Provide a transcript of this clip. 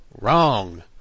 Wrong